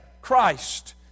Christ